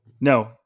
No